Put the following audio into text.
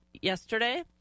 yesterday